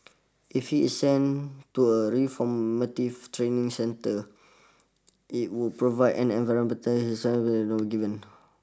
if he is sent to a reformative training centre it would provide an environment his given